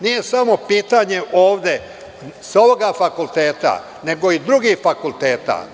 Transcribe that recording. Nije samo pitanje ovde, sa ovoga fakulteta, nego i drugih fakulteta.